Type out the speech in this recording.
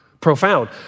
profound